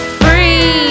free